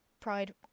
pride